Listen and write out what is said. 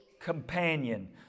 companion